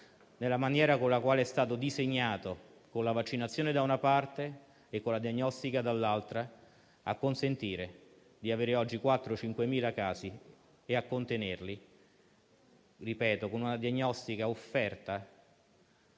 nella maniera con la quale è stato disegnato, con la vaccinazione da una parte e con la diagnostica dall'altra, a consentire di avere oggi 4.000 o 5.000 casi e di contenerli. Questo - ripeto - con una diagnostica offerta